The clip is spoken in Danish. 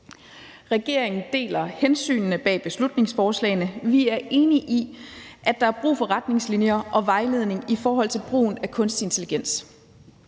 Regeringen deler hensynene bag beslutningsforslaget. Vi er enige i, at der er brug for retningslinjer og vejledning i forhold til brugen af kunstig intelligens.